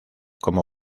como